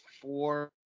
four